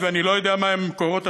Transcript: היות שאני לא יודע מה הם מקורות התקציב,